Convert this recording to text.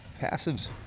passives